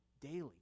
daily